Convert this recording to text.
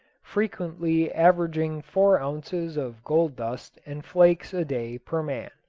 frequently averaging four ounces of gold dust and flakes a-day per man.